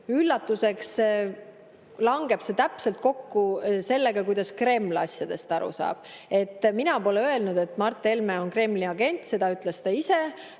üllatuseks langeb see täpselt kokku sellega, kuidas Kreml asjadest aru saab. Mina pole öelnud, et Mart Helme on Kremli agent, seda ütles ta ise